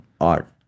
art